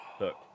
Look